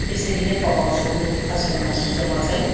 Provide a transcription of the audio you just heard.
यसरी नै पकाउँछु खसीको मासु चाहिँ म चाहिँ